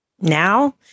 now